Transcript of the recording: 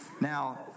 Now